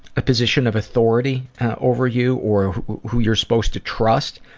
a position of authority over you, or who you're supposed to trust,